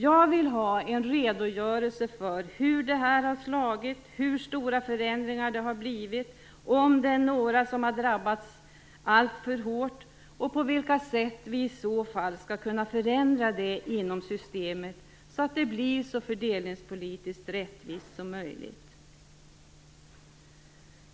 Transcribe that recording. Jag vill ha en redogörelse för hur det här har slagit, hur stora förändringar det har blivit, om det är några som har drabbats alltför hårt och på vilka sätt vi i så fall skall kunna förändra det inom systemet så att det blir så fördelningspolitiskt rättvist som möjligt.